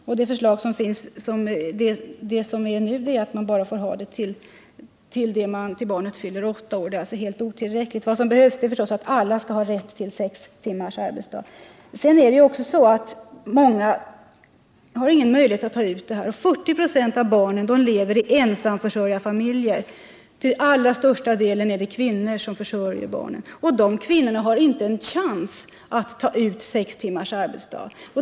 Som det nu är gäller sex timmars arbetsdag för föräldrar endast tills barnet fyller åtta år, vilket är helt otillräckligt. Alla skall ha rätt till sex timmars arbetsdag. Men många har ingen möjlighet att utnyttja detta. 40 96 av barnen lever i ensamförsörjarfamiljer och till allra största delen är det kvinnor som försörjer barnen. Dessa kvinnor har inte en chans att ta ut sex timmars arbetsdag.